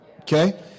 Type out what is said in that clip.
Okay